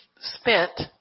spent